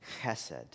chesed